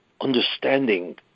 understanding